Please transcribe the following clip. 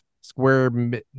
square